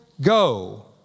go